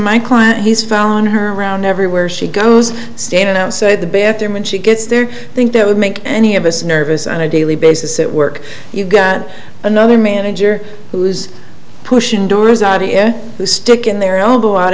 my client he's found her around everywhere she goes standing outside the bathroom and she gets there i think that would make any of us nervous on a daily basis at work you've got another manager who's pushing to stick in their own go out